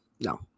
No